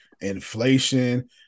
inflation